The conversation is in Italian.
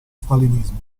stalinismo